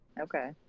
Okay